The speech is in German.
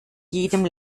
jedem